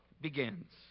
begins